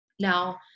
Now